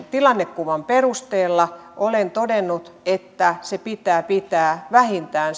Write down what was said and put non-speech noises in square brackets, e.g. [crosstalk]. [unintelligible] tilannekuvan perusteella olen todennut että se pitää pitää vähintään [unintelligible]